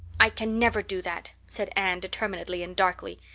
i can never do that, said anne determinedly and darkly.